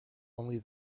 only